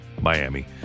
miami